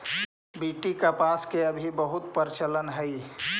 BT कपास के अभी बहुत प्रचलन हई